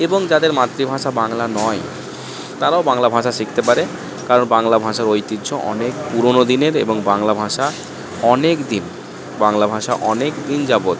এবং যাদের মাতৃভাষা বাংলা নয় তারাও বাংলা ভাষা শিখতে পারে কারণ বাংলা ভাষার ঐতিহ্য অনেক পুরনো দিনের এবং বাংলা ভাষা অনেক দিন বাংলা ভাষা অনেক দিন যাবত